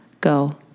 Go